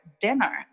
dinner